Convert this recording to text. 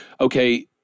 okay